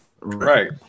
Right